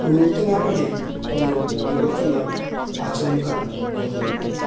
রুখতে না পেরে কোন দুর্ঘটনা আচমকাই ঘটতে পারে